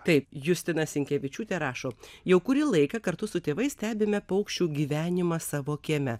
taip justina sinkevičiūtė rašo jau kurį laiką kartu su tėvais stebime paukščių gyvenimą savo kieme